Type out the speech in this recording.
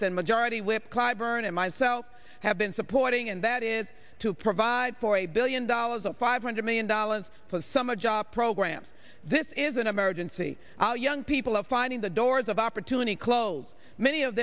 and majority whip cliburn and myself have been supporting and that is to provide for a billion dollars or five hundred million dollars for the summer jobs program this is an emergency our young people are finding the doors of opportunity closed many of